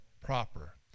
proper